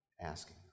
asking